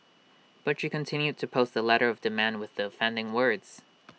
but you continued to post the letter of demand with the offending words